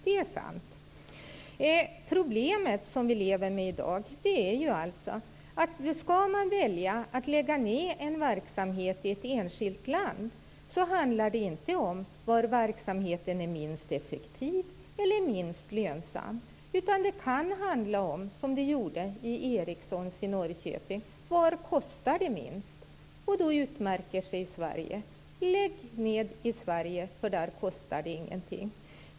Det problem som vi i dag lever med är att det, om man väljer att lägga ned en verksamhet i ett enskilt land, inte handlar om var verksamheten är minst effektiv eller minst lönsam. Det kan i stället - som det gjorde vid Ericsson i Norrköping - handla om var det kostar minst. Då utmärker sig Sverige. Man lägger gärna ned i Sverige, eftersom det där inte kostar någonting.